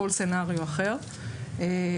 או כל תרחיש אחר,